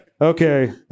Okay